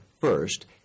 first